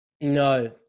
no